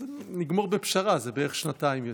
אז נגמור בפשרה, זה בערך שנתיים יוצא.